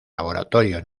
laboratorio